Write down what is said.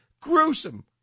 gruesome